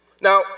Now